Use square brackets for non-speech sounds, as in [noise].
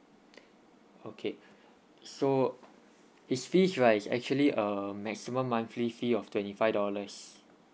[breath] okay so it's fees right actually um maximum monthly fee of twenty five dollars